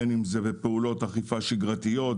בין אם זה בפעולות אכיפה שגרתיות,